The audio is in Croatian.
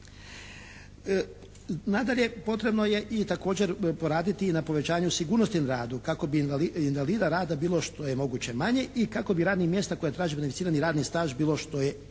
Nadalje, potrebno je i također poraditi i na povećanju sigurnosti na radu kako bi invalida rada bilo što je moguće manje i kako bi radnih mjesta koja traže benificirani radni staž bilo također